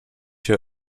hier